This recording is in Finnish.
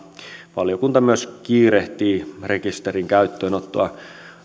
valiokunta myös kiirehtii rekisterin käyttöönottoa